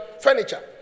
furniture